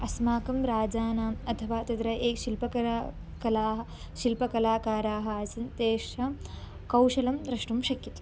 अस्माकं राजानाम् अथवा तत्र ये शिल्पकला कलाः शिल्पकलाकाराः आसन् तेषां कौशलं द्रष्टुं शक्यते